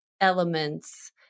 elements